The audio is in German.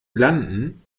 landen